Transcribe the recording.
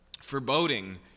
foreboding